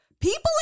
people